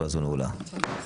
הישיבה ננעלה בשעה 11:40.